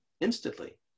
instantly